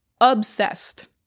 obsessed